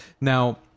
Now